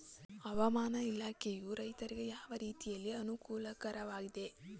ಹವಾಮಾನ ಇಲಾಖೆಯು ರೈತರಿಗೆ ಯಾವ ರೀತಿಯಲ್ಲಿ ಅನುಕೂಲಕರವಾಗಿದೆ?